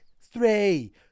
three